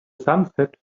sunset